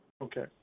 Okay